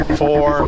four